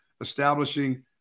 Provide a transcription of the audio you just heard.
establishing